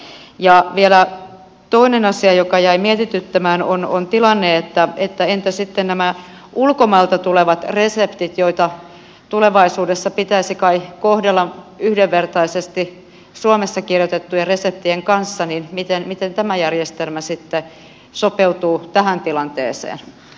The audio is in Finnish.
vielä toinen asia joka jäi mietityttämään on tilanne että entä sitten ulkomailta tulevat reseptit joita tulevaisuudessa pitäisi kai kohdella yhdenvertaisesti suomessa kirjoitettujen reseptien kanssa niin miten tämä järjestelmä sitten sopeutuu tähän tilanteeseen